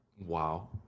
Wow